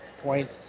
point